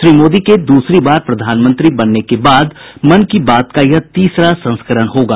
श्री मोदी के दूसरी बार प्रधानमंत्री बनने के बाद मन की बात का यह तीसरा संस्करण होगा